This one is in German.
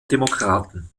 demokraten